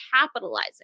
capitalizing